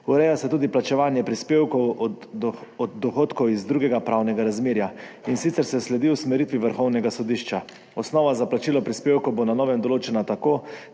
Ureja se tudi plačevanje prispevkov od dohodkov iz drugega pravnega razmerja, in sicer se sledi usmeritvi Vrhovnega sodišča. Osnova za plačilo prispevkov bo po novem določena tako,